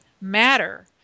matter